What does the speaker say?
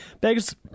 begs